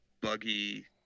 buggy